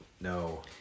No